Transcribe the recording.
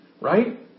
Right